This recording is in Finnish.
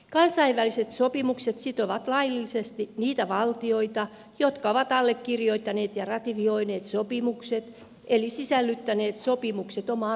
kansainväliset sopimukset sitovat laillisesti niitä valtioita jotka ovat allekirjoittaneet ja ratifioineet sopimukset eli sisällyttäneet sopimukset omaan lainsäädäntöönsä